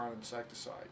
insecticide